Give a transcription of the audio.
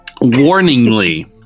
Warningly